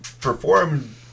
performed